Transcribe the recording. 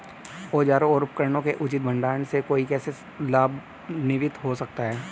औजारों और उपकरणों के उचित भंडारण से कोई कैसे लाभान्वित हो सकता है?